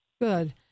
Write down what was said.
Good